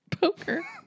Poker